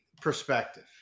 perspective